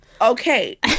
Okay